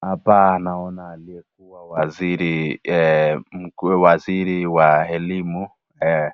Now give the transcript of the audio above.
Hapa naona aliyekuwa waziri mkuu waziri wa elimu eh